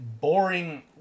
boring